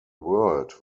world